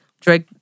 Drake